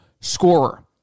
scorer